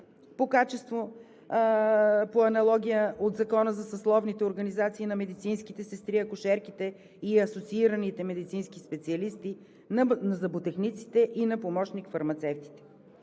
по качество по аналогия от Закона за съсловните организации на медицинските сестри, акушерките и асоциираните медицински специалисти, на зъботехниците и на помощник-фармацевтите.